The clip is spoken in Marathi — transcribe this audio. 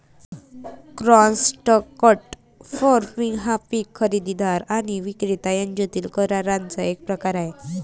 कॉन्ट्रॅक्ट फार्मिंग हा पीक खरेदीदार आणि विक्रेता यांच्यातील कराराचा एक प्रकार आहे